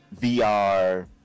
VR